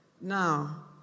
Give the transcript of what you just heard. now